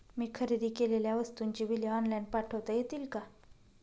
मी खरेदी केलेल्या वस्तूंची बिले ऑनलाइन पाठवता येतील का?